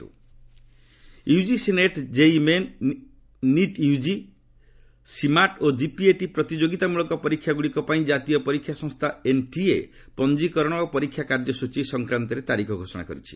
NTA UGC NET JEE Main NEET UG CMAT ଓ GPAT ପ୍ରତିଯୋଗୀତାମୂଳକ ପରୀକ୍ଷାଗୁଡ଼ିକ ପାଇଁ ଜାତୀୟ ପରୀକ୍ଷା ସଂସ୍କା ଏନ୍ଟିଏ ପଞ୍ଜୀକରଣ ଓ ପରୀକ୍ଷା କାର୍ଯ୍ୟ ସ୍ତଚୀ ସଂକ୍ାନ୍ତରେ ତାରିଖ ଘୋଷଣା କରିଛି